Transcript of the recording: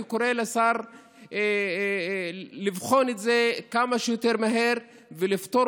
אני קורא לשר לבחון את זה כמה שיותר מהר ולפטור